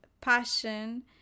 passion